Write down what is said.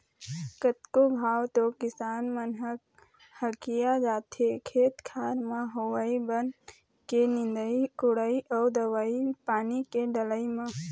कतको घांव तो किसान मन ह हकिया जाथे खेत खार म होवई बन के निंदई कोड़ई अउ दवई पानी के डलई म